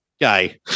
guy